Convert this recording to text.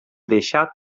deixà